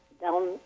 down